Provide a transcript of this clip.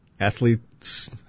Athletes